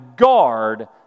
Guard